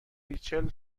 ریچل